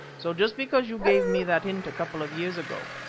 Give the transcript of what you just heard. so just because you gave me that hint a couple of years ago,